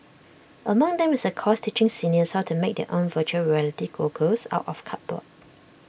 among them is A course teaching seniors how to make their own Virtual Reality goggles out of cardboard